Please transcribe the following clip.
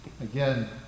again